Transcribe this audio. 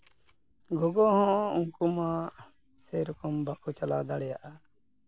ᱜᱚᱜᱚ ᱦᱚᱸ ᱩᱱᱠᱩ ᱢᱟ ᱥᱮᱨᱚᱠᱚᱢ ᱵᱟᱠᱚ ᱪᱟᱞᱟᱣ ᱫᱟᱲᱮᱭᱟᱜᱼᱟ